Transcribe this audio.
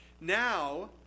now